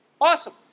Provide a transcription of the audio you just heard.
awesome